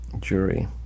jury